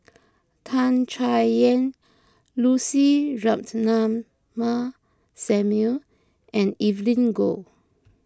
Tan Chay Yan Lucy Ratnammah Samuel and Evelyn Goh